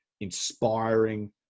inspiring